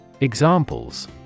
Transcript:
Examples